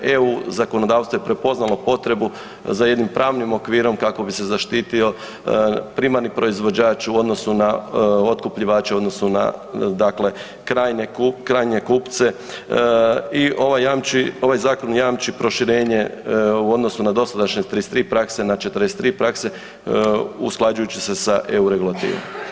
EU zakonodavstvo je prepoznalo potrebu za jednim pravnim okvirom kako bi se zaštitio primarni proizvođač u odnosu na otkupljivače u odnosu na dakle krajnje kupce i ovaj Zakon jamči proširenje u odnosu na dosadašnje 33 prakse na 43 prakse, usklađujući se sa EU regulativom.